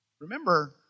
Remember